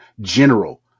general